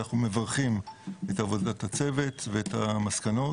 אנחנו מברכים את עבודת הצוות ואת המסקנות,